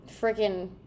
freaking